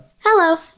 Hello